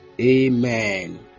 Amen